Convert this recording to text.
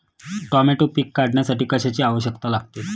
Tomato पीक काढण्यासाठी कशाची आवश्यकता लागते?